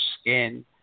skin